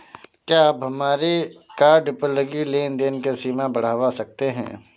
क्या हम हमारे कार्ड पर लगी लेन देन की सीमा बढ़ावा सकते हैं?